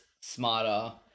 smarter